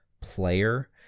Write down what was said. player